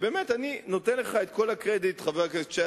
באמת, אני נותן לך את כל הקרדיט, חבר הכנסת שי.